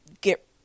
get